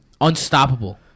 unstoppable